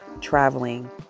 traveling